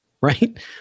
right